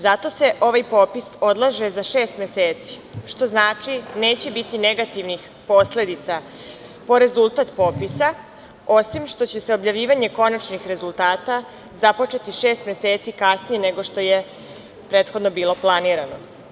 Zato se ovaj popis odlaže za šest meseci, što znači neće biti negativnih posledica po rezultat popisa, osim što će se objavljivanje konačnih rezultati započeti šest meseci kasnije nego što je prethodno bilo planirano.